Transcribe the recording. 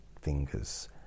fingers